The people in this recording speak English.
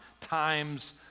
times